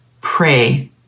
Pray